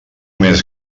més